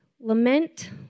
Lament